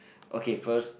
okay first